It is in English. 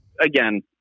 again